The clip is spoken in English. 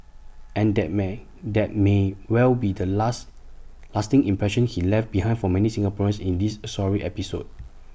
and that may that may well be the last lasting impression he left behind for many Singaporeans in this sorry episode